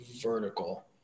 vertical